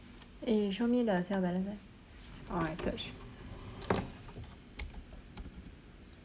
eh you show me the sale of balance eh or I search